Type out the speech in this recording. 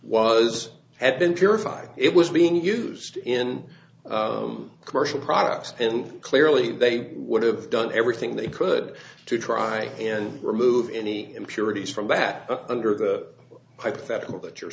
was had been terrifying it was being used in commercial products and clearly they would have done everything they could to try and remove any impurities from back under the hypothetical that you're